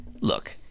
Look